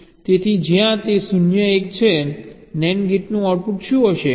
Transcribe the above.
તેથી જ્યાં તે 0 1 છે NAND ગેટનું આઉટપુટ શું હશે